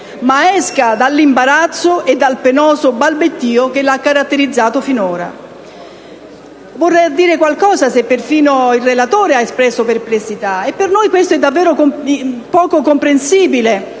Ma esca dall'imbarazzo e dal penoso balbettio che l'ha caratterizzato finora. Vorrà dire qualcosa se anche il relatore ha espresso perplessità. Per noi è davvero poco comprensibile